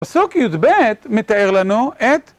פסוק י"ב מתאר לנו את